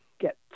get